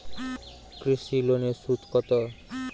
কৃষি লোনের সুদ কত?